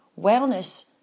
Wellness